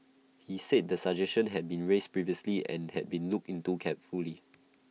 he said the suggestion had been raised previously and had been looked into carefully